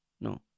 No